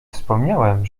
wspomniałem